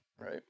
Right